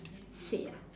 see ya